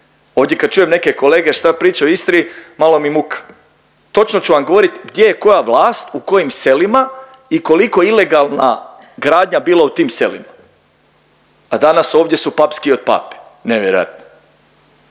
Ovdje kad čujem neke kolege šta pričaju o Istri malo mi je muka. Točno ću vam govoriti gdje je koja vlast u kojim selima i koliko ilegalna gradnja bila u tim selima, a danas ovdje su papskiji od Pape. Nevjerojatno!